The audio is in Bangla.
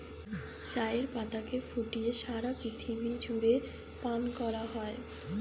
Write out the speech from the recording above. চায়ের পাতাকে ফুটিয়ে সারা পৃথিবী জুড়ে পান করা হয়